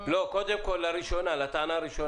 אבל למה צריך את זה למתקן?